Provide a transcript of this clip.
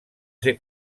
ser